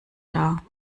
dar